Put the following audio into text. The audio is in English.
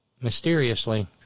mysteriously